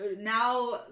now